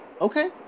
Okay